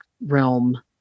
realm